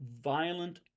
violent